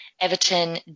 Everton